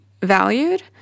valued